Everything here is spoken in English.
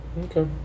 okay